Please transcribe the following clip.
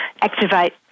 activate